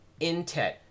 Intet